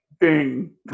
ding